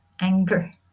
anger